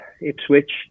Ipswich